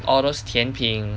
all those 甜品